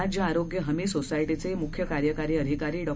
राज्य आरोग्य हमी सोसायटीचे मुख्य कार्यकारी अधिकारी डॉ